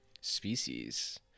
species